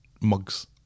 mugs